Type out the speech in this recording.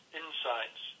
insights